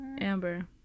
Amber